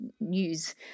news